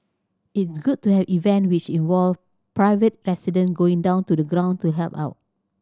it's good to have events which involve private residents going down to the ground to help out